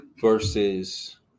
versus